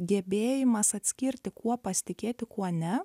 gebėjimas atskirti kuo pasitikėti kuo ne